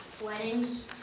Weddings